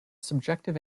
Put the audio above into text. subjective